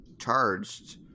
charged